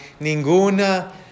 ninguna